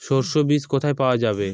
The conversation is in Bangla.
সর্ষে বিজ কোথায় পাওয়া যাবে?